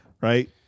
right